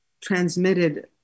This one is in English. transmitted